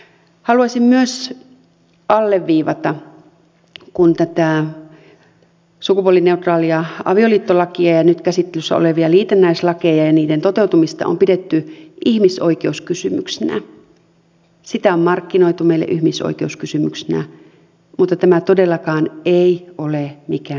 haluaisin myös alleviivata kun tätä sukupuolineutraalia avioliittolakia ja nyt käsittelyssä olevia liitännäislakeja ja niiden toteutumista on pidetty ihmisoikeuskysymyksinä tätä on markkinoitu meille ihmisoikeuskysymyksenä että tämä todellakaan ei ole mikään ihmisoikeuskysymys